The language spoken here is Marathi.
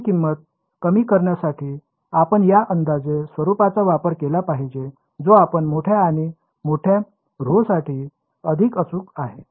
तर त्याची किंमत कमी करण्यासाठी आपण या अंदाजे स्वरुपाचा वापर केला पाहिजे जो आपण मोठ्या आणि मोठ्या ऱ्हो साठी अधिक अचूक आहे ठीक